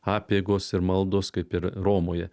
apeigos ir maldos kaip ir romoje